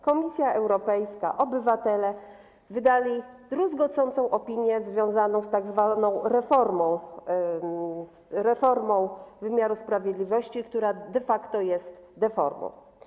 Komisja Europejska, obywatele wydali druzgocącą opinię związaną z tzw. reformą wymiaru sprawiedliwości, która de facto jest deformą.